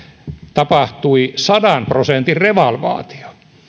tapahtui sadan prosentin revalvaatio